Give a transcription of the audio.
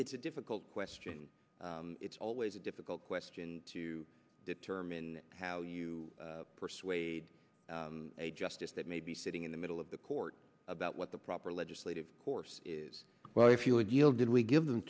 it's a difficult question it's always a difficult question to determine how you persuade a justice that may be sitting in the middle of the court about what the proper legislative course is well if you would feel did we give them